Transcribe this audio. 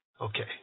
Okay